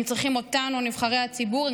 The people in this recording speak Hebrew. הם צריכים אותנו, נבחרי הציבור.